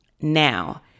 Now